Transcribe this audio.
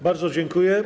Bardzo dziękuję.